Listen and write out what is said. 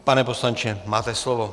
Pane poslanče, máte slovo.